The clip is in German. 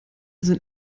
sind